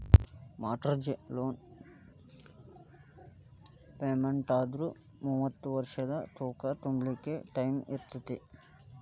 mortgage loan ಪೆಮೆನ್ಟಾದ್ರ ಮೂವತ್ತ್ ವರ್ಷದ್ ತಂಕಾ ತುಂಬ್ಲಿಕ್ಕೆ ಟೈಮಿರ್ತೇತಿ